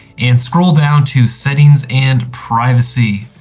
and scroll down to settings and privacy.